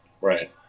Right